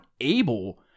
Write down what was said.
able